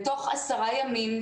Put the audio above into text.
תוך עשרה ימים,